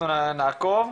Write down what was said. אנחנו נעקוב.